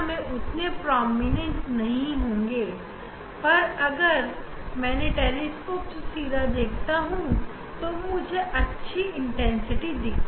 कैमरे में इतना प्रमुख नहीं दिख रहा है लेकिन अगर आप टेलीस्कोप से सीधा इसे देखेंगे तो आप को इस की तीव्र छवि दिखाई देगी